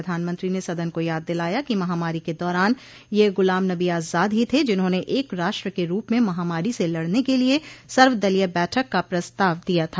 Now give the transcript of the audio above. प्रधानमंत्री ने सदन को याद दिलाया कि महामारी के दौरान ये गुलाम नबी आजाद ही थे जिन्होंने एक राष्ट्र के रूप में महामारी से लडने के लिए सर्वदलीय बैठक का प्रस्ताव दिया था